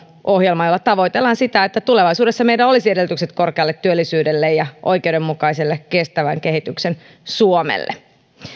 ohjelma jolla tavoitellaan sitä että tulevaisuudessa meillä olisi edellytykset korkealle työllisyydelle ja oikeudenmukaiselle kestävän kehityksen suomelle